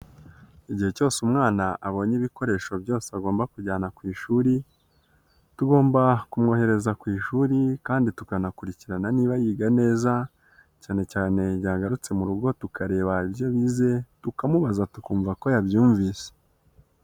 Igihe cyose umwana abonye ibikoresho byose agomba kujyana ku ishuri, tugomba kumwohereza ku ishuri kandi tukanakurikirana niba yiga neza, cyane cyane yagarutse mu rugo tukareba ibyo bizeye, tukamubaza tukumva ko yabyumvise.